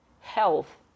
health